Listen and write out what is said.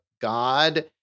God